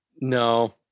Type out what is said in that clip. No